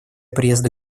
приезда